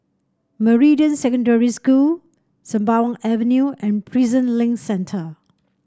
Meridian Secondary School Sembawang Avenue and Prison Link Centre